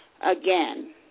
again